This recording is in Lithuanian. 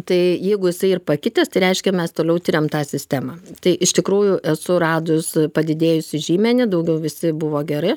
tai jeigu jisai ir pakitęs tai reiškia mes toliau tiriam tą sistemą tai iš tikrųjų esu radus padidėjusį žymenį daugiau visi buvo geri